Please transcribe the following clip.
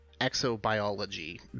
exobiology